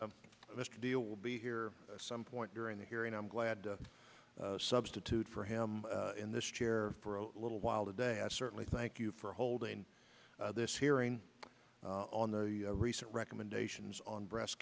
blunt mr deal will be here some point during the hearing i'm glad to substitute for him in this chair for a little while today i certainly thank you for holding this hearing on the recent recommendations on breast